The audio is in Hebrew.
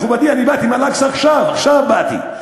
מכובדי, באתי מאל-אקצא עכשיו, עכשיו באתי.